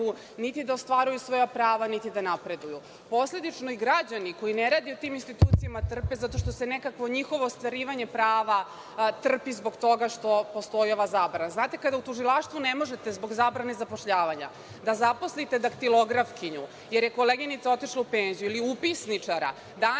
niti da ostvaruju svoja prava, niti da napreduju. Posledično i građani, koji ne rade u tim institucijama, trpe zato što nekakvo njihovo ostvarivanje prava trpi zbog toga što postoji ova zabrana. Znate, kada u tužilaštvu ne možete zbog zabrane zapošljavanja da zaposlite daktilografkinju jer je koleginica otišla u penziju, ili upisničara, danas